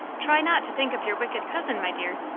try not to think of your wicked cousin, my dear.